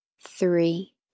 three